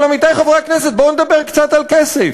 אבל, עמיתי חברי הכנסת, בואו נדבר קצת על כסף.